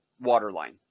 waterline